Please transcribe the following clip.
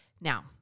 Now